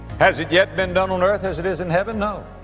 has it yet been done on earth as it is in heaven? no.